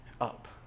up